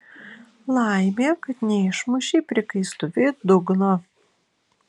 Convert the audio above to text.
laimė kad neišmušei prikaistuviui dugno